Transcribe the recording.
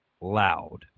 loud